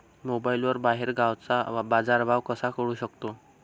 मोबाईलवर बाहेरगावचा बाजारभाव कसा कळू शकतो?